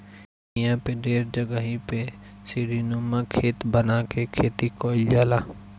इहां पे ढेर जगही पे सीढ़ीनुमा खेत बना के खेती कईल जाला